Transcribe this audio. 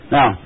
Now